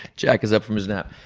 jack is up from his nap.